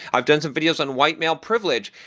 i've done some videos on white male privilege,